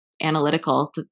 Analytical